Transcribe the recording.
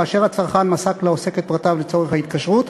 כאשר הצרכן מסר לעוסק את פרטיו לצורך ההתקשרות,